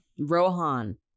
Rohan